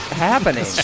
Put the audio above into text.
Happening